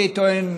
אני טוען,